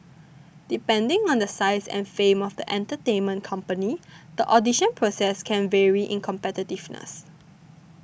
depending on the size and fame of the entertainment company the audition process can vary in competitiveness